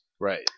Right